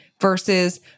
versus